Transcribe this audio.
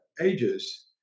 ages